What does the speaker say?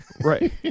Right